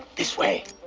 this way.